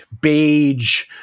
beige